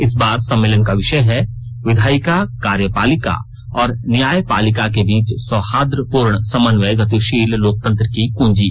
इस बार सम्मेलन का विषय है विधायिका कार्यपालिका और न्यायपालिका के बीच सौहार्द्रपूर्ण समन्वय गतिशील लोकतंत्र की कंजी